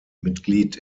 mitglied